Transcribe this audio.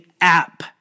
app